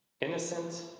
Innocent